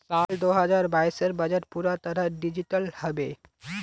साल दो हजार बाइसेर बजट पूरा तरह डिजिटल हबे